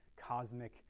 cosmic